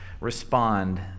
respond